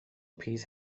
piece